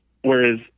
Whereas